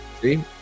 see